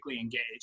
engaged